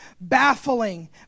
baffling